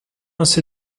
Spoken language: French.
assez